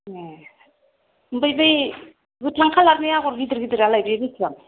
ए आमफाय बे गोथां खालारनि आगर गिदिर गिदिरालाय बे बेसेबां